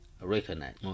recognize